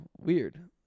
weird